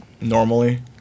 normally